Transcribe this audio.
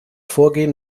vorgehen